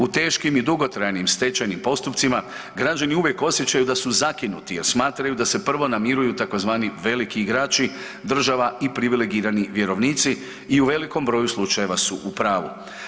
U teškim i dugotrajnim stečajnim postupcima građani uvijek osjećaju da su zakinuti jer smatraju da se prvo namiruju tzv. veliki igrači, država i privilegirani vjerovnici i u velikom broju slučajeva su u pravu.